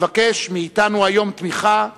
מבקש מאתנו היום תמיכה,